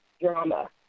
drama